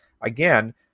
again